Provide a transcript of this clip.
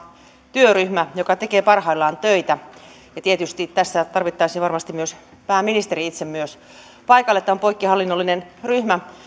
työryhmä joka tekee parhaillaan töitä ja tietysti tässä tarvittaisiin varmasti myös pääministeri itse paikalle tämä on poikkihallinnollinen ryhmä